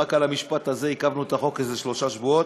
רק על המשפט הזה עיכבנו את החוק איזה שלושה שבועות,